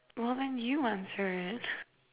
well then you answer it